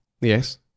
Yes